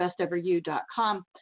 besteveryou.com